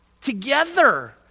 together